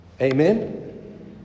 amen